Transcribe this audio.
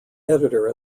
editor